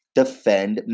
defend